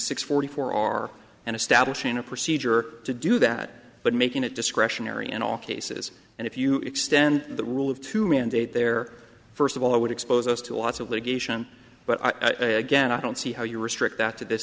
six forty four r and establishing a procedure to do that but making it discretionary in all cases and if you extend the rule of two mandate there first of all would expose us to a lot of litigation but again i don't see how you restrict